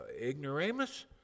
ignoramus